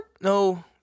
No